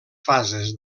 fases